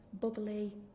bubbly